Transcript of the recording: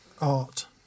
art